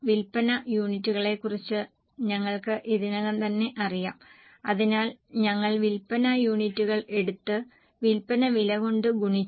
വിൽപ്പന യൂണിറ്റുകളെക്കുറിച്ച് ഞങ്ങൾക്ക് ഇതിനകം തന്നെ അറിയാം അതിനാൽ ഞങ്ങൾ വിൽപ്പന യൂണിറ്റുകൾ എടുത്ത് വിൽപ്പന വില കൊണ്ട് ഗുണിച്ചു